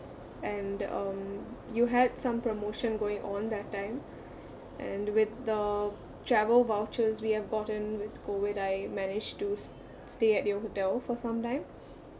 and um you had some promotion going on that time and with the travel vouchers we have gotten with COVID I managed to st~ stay at your hotel for sometime